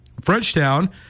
Frenchtown